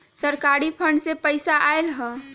सरकारी फंड से पईसा आयल ह?